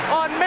on